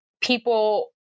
people